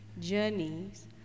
journeys